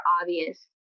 obvious